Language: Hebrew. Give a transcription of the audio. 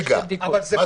אבל זה מספיק?